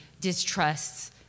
distrusts